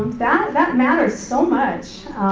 that that matters so much.